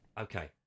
Okay